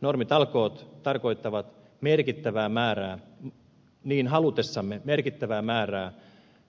normitalkoot tarkoittavat niin halutessamme merkittävää määrää